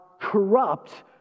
corrupt